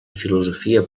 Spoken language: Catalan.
filosofia